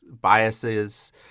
biases